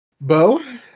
Bo